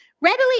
readily